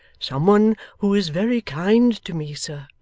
someone who is very kind to me, sir